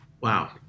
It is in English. Wow